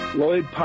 Lloyd